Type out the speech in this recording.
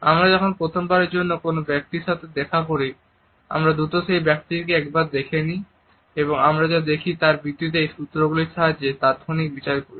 আমরা যখন প্রথমবারের জন্য কোন ব্যক্তির সাথে দেখা করি আমরা দ্রুত সেই ব্যক্তিটিকে একবার দেখে নিই এবং আমরা যা দেখি তার ভিত্তিতে এবং এই সূত্রগুলির সাহায্যে তাৎক্ষণিক বিচার করি